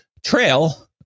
Trail